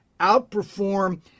outperform